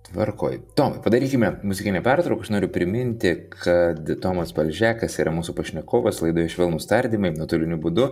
tvarkoj tomai padarykime muzikinę pertrauką aš noriu priminti kad tomas balžekas yra mūsų pašnekovas laidoje švelnūs tardymai nuotoliniu būdu